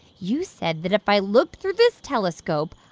you said that if i looked through this telescope,